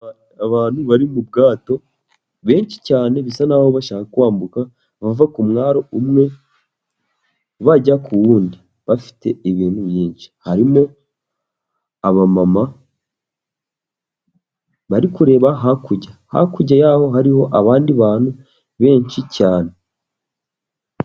Abantu bari mu bwato benshi cyane, bisa n'aho bashaka kwambuka bava ku mwaro umwe bajya ku wundi, bafite ibintu byinshi, harimo abamama bari kureba hakurya, hakurya yaho hariho abandi bantu benshi cyane.